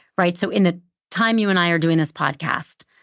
right? so in the time you and i are doing this podcast,